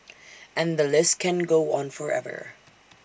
and the list can go on forever